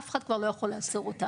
אף אחד כבר לא יכול לעצור אותם.